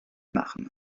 marne